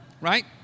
right